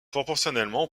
proportionnellement